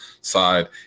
side